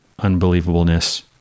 unbelievableness